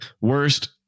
Worst